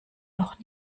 noch